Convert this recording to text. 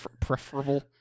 preferable